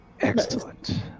Excellent